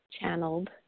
channeled